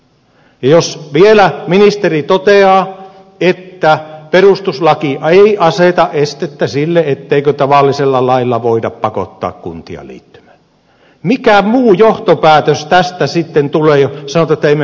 ja jos vielä ministeri toteaa että perustuslaki ei aseta estettä sille etteikö tavallisella lailla voida pakottaa kuntia liittymään mikä muu johtopäätös tästä sitten tulee jos sanotaan että emme meinaakaan